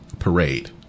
Parade